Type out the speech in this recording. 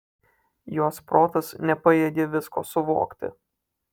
jos protas nepajėgė visko suvokti